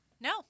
No